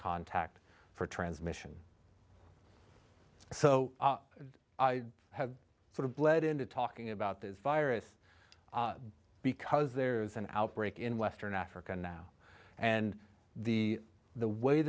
contact for transmission so they have sort of bled into talking about this virus because there's an outbreak in western africa now and the the way